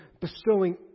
bestowing